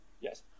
Yes